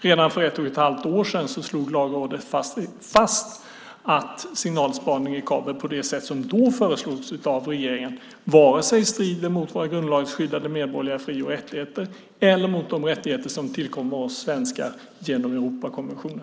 Redan för ett och ett halvt år sedan slog Lagrådet fast att signalspaning i kabel på det sätt som då föreslogs av regeringen inte strider vare sig mot våra grundlagsskyddade medborgerliga fri och rättigheter eller mot de rättigheter som tillkommer oss svenskar genom Europakonventionen.